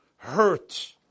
hurt